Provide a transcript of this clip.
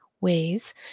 ways